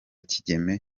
kigeme